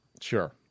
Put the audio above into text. Sure